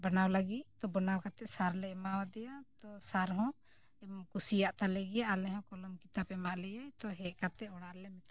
ᱵᱮᱱᱟᱣ ᱞᱟᱹᱜᱤᱫ ᱛᱚ ᱵᱮᱱᱟᱣ ᱠᱟᱛᱮ ᱥᱟᱨ ᱞᱮ ᱮᱢᱟᱣᱫᱮᱭᱟ ᱛᱚ ᱥᱟᱨ ᱦᱚᱸ ᱠᱩᱥᱤᱭᱟᱜ ᱛᱟᱞᱮ ᱜᱮᱭᱟ ᱟᱞᱮ ᱦᱚᱸ ᱠᱚᱞᱚᱢ ᱠᱤᱛᱟᱹᱵ ᱮᱢᱟ ᱞᱮᱭᱟ ᱛᱚ ᱦᱮᱡ ᱠᱟᱛᱮ ᱚᱲᱟᱜ ᱨᱮᱞᱮ ᱢᱮᱛᱟᱣᱟᱠᱚ ᱠᱟᱱᱟ